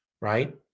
right